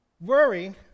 Worry